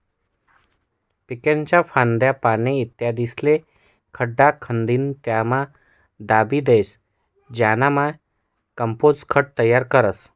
पीकेस्न्या फांद्या, पाने, इत्यादिस्ले खड्डा खंदीन त्यामा दाबी देतस ज्यानाबये कंपोस्ट खत तयार व्हस